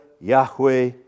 Yahweh